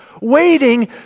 waiting